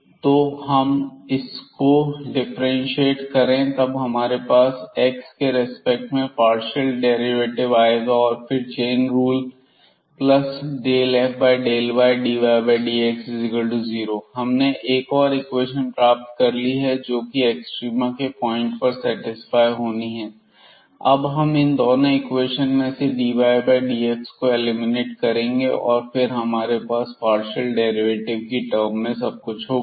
यदि हम इसको डिफ्रेंशिएट करें तब हमारे पास एक्स के रेस्पेक्ट में पार्शियल डेरिवेटिव आएगा और फिर चेन रूल प्लस ∂f∂ydydx0 हमने एक और इक्वेशन प्राप्त कर ली है जोकि एक्सट्रीमा के पॉइंट पर सेटिस्फाय होनी है अब हम इन दोनों इक्वेशन में से dydx को एलिमिनेट करेंगे और फिर हमारे पास पार्शियल डेरिवेटिव की टर्म में सब कुछ होगा